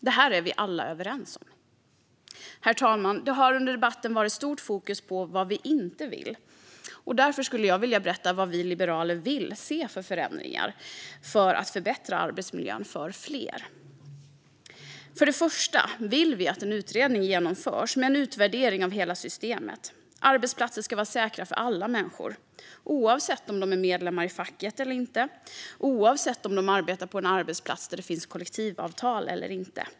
Detta är vi alla överens om. Herr talman! Det har under debatten varit ett stort fokus på vad vi inte vill. Därför skulle jag vilja berätta vad vi liberaler vill se för förändringar för att förbättra arbetsmiljön för fler. För det första vill vi att en utredning genomförs med en utvärdering av hela systemet. Arbetsplatser ska vara säkra för alla människor, oavsett om de är medlemmar i facket eller inte och oavsett om de arbetar på en arbetsplats där det finns kollektivavtal eller inte.